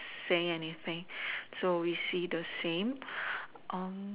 saying anything so we see the same